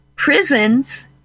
Prisons